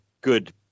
good